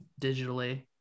digitally